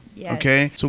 Okay